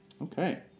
Okay